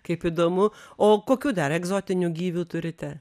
kaip įdomu o kokių dar egzotinių gyvių turite